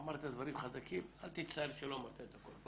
אמרת דברים חזקים, אל תצטער שלא אמרת את הכול.